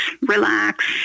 relax